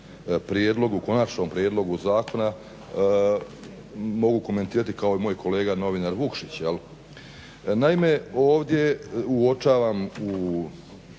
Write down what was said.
u ovom konačnom prijedlogu zakona mogu komentirati kao i moj kolega novinar Vukšić. Naime, ovdje uočavam